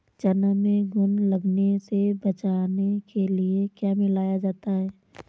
चना में घुन लगने से बचाने के लिए क्या मिलाया जाता है?